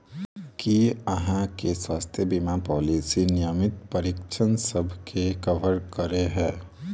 की अहाँ केँ स्वास्थ्य बीमा पॉलिसी नियमित परीक्षणसभ केँ कवर करे है?